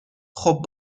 خوب